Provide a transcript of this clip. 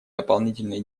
дополнительный